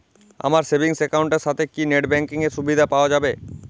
আমার savings account এর সাথে কি নেটব্যাঙ্কিং এর সুবিধা পাওয়া যাবে?